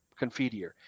Confidier